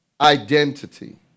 identity